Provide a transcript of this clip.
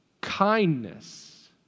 kindness